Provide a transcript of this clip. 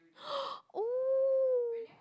!woo!